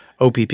OPP